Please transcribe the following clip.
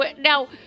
Now